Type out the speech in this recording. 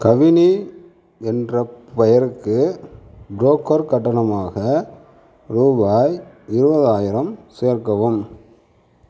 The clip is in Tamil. கவினி என்ற பெயருக்கு புரோக்கர் கட்டணமாக ரூபாய் இருவாதாயிரம் சேர்க்கவும்